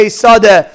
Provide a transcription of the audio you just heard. sada